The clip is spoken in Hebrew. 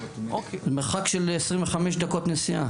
מרחק של 25 דקות נסיעה.